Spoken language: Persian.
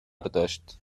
داشت